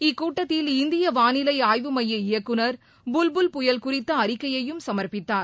இக்கூட்டத்தில் இந்திய வானிலை ஆய்வு மைய இயக்குநர் புல்புல் புயல் குறித்த அறிக்கையையும் சமர்ப்பித்தார்